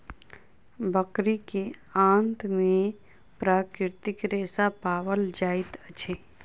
बकरी के आंत में प्राकृतिक रेशा पाओल जाइत अछि